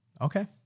Okay